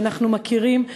שאנחנו מכירים,